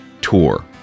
tour